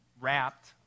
wrapped